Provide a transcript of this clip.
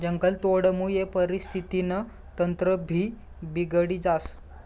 जंगलतोडमुये परिस्थितीनं तंत्रभी बिगडी जास